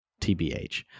TBH